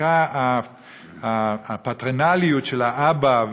התפרקה הפטרנליות של האבא,